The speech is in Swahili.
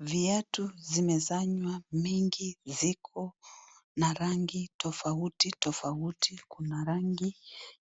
Viatu zimesanywa mingi, ziko na rangi tofauti tofauti. Kuna rangi